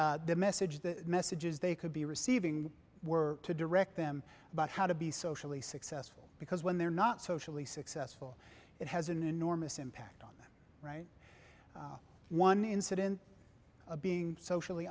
the message the messages they could be receiving were to direct them about how to be socially successful because when they're not socially successful it has an enormous impact on them right one incident of being socially